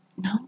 No